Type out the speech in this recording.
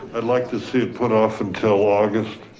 i'd like to see it put off until august.